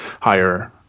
higher